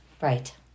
Right